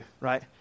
right